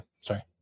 Sorry